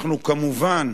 אנחנו, כמובן,